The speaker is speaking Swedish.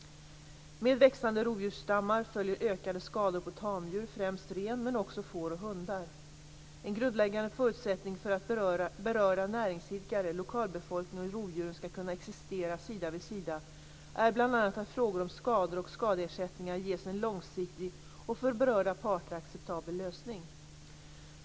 Med växande rovdjursstammar följer ökade skador på tamdjur, främst ren, men också får och hundar. En grundläggande förutsättning för att berörda näringsidkare, lokalbefolkningen och rovdjuren skall kunna existera sida vid sida är bl.a. att frågor om skador och skadeersättningar ges en långsiktig och för berörda parter acceptabel lösning.